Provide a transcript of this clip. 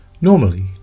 Normally